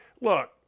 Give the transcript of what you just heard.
Look